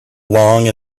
long